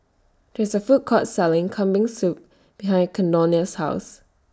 There IS A Food Court Selling Kambing Soup behind Caldonia's House